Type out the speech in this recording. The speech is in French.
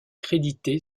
créditée